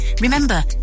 Remember